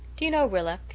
do you know, rilla,